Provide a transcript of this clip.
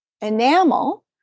enamel